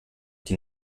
die